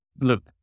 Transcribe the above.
Look